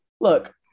look